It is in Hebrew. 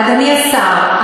אדוני השר,